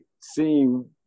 seeing